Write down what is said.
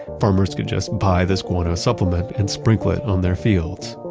farmers could just buy this guano supplement and sprinkle it on their fields.